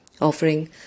offering